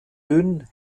dünn